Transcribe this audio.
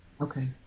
okay